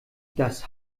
das